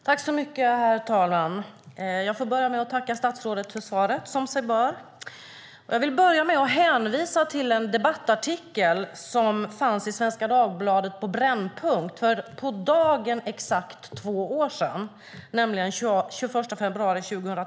Herr talman! Jag får börja med att tacka statsrådet för svaret, som sig bör. Sedan vill jag hänvisa till en debattartikel som fanns i Svenska Dagbladet på Brännpunkt för på dagen exakt två år sedan, nämligen den 21 februari 2010.